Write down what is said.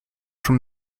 from